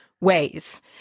ways